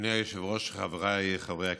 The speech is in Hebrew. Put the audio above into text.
אדוני היושב-ראש, חבריי חברי הכנסת,